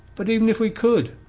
but even if we could,